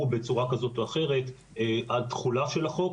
בצורה כזאת או אחרת על התחולה של החוק,